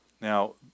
Now